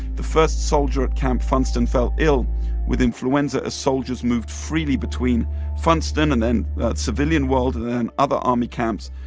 the first soldier at camp funston fell ill with influenza. as soldiers moved freely between funston and then civilian world and then other army camps,